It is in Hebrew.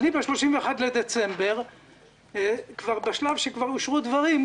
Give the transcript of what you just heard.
ב-31 בדצמבר אני בשלב שכבר אושרו דברים.